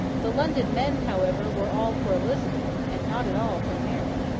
the london men, however, were all for elizabeth, and not at all for mary.